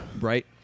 Right